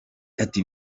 ati